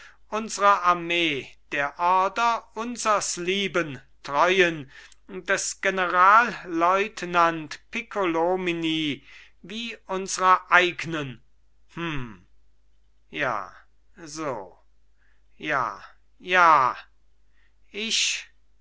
unsrer armee der ordre unsers lieben treuen des generalleutnant piccolomini wie unsrer eignen hum ja so ja ja ich